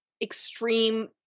extreme